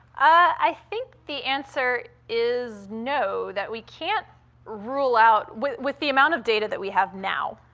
i think the answer is no, that we can't rule out with with the amount of data that we have now,